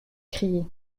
crié